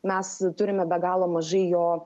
mes turime be galo mažai jo